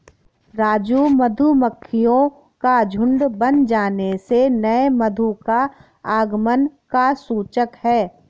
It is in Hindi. राजू मधुमक्खियों का झुंड बन जाने से नए मधु का आगमन का सूचक है